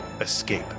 escape